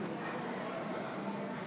אנחנו עוברים להצבעה.